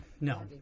no